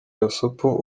gasopo